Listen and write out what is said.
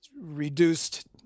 reduced